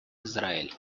израиль